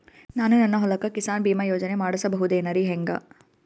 ನಾನು ನನ್ನ ಹೊಲಕ್ಕ ಕಿಸಾನ್ ಬೀಮಾ ಯೋಜನೆ ಮಾಡಸ ಬಹುದೇನರಿ ಹೆಂಗ?